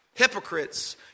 hypocrites